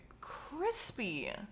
Crispy